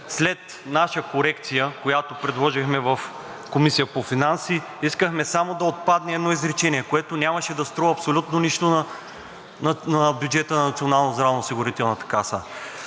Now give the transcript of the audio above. След наша корекция, която предложихме в Комисията по финанси, искахме само да отпадне едно изречение, което нямаше да струва абсолютно нищо на бюджета на Националната здравноосигурителна каса.